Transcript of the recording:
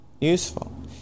useful